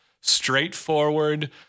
straightforward